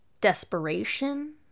desperation